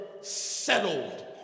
settled